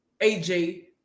AJ